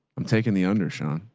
i'm taking the under sean.